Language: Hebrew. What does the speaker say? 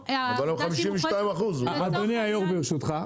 אבל היא 52%. אדוני היום ברשותך,